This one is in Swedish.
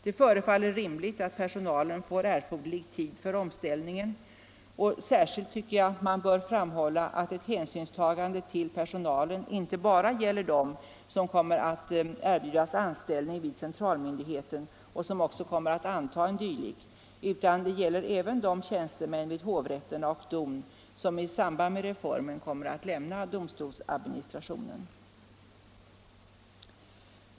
Det förefaller rimligt att personalen får erforderlig tid för omställningen, och särskilt tycker jag man bör framhålla att ett hänsynstagande till personalen inte gäller enbart dem som kommer att erbjudas anställning vid centralmyndigheten och som också kommer att anta erbjudandena utan även de tjänstemän vid hovrätterna och DON som i samband med reformen kommer att lämna domstolsadministrationen.